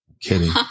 Kidding